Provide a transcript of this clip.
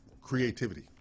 creativity